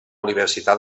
universitat